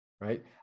right